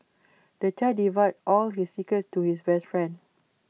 the child divulged all his secrets to his best friend